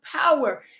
power